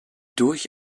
durch